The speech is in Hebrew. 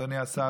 אדוני השר,